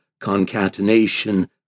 concatenation